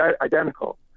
identical